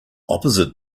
opposite